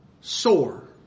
sore